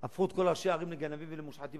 הפכו את כל ראשי הערים לגנבים ולמושחתים.